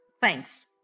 thanks